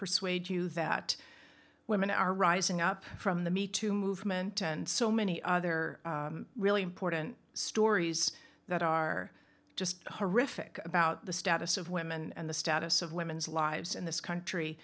persuade you that women are rising up from the me too movement and so many other really important stories that are just horrific about the status of women and the status of women's lives in this country